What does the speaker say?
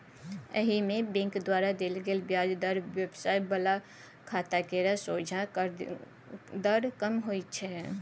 एहिमे बैंक द्वारा देल गेल ब्याज दर व्यवसाय बला खाता केर सोंझा दर कम होइ छै